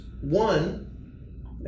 one